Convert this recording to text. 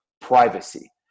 privacy